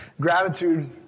Gratitude